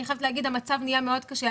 אני חייבת להגיד, המצב נהיה מאוד קשה.